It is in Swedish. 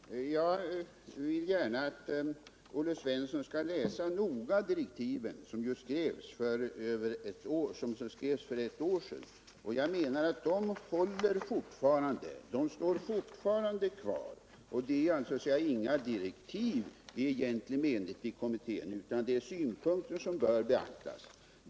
Herr talman! Jag vill gärna att Olle Svensson noga skall läsa direktiven som skrevs för ett år sedan. Dessa direktiv står fortfarande kvar. Egentligen är de inte direktiv till kommittén utan synpunkter som bör beaktas.